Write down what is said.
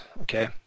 Okay